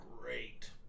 great